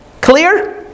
Clear